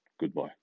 Goodbye